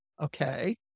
Okay